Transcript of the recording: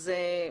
גיא,